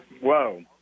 whoa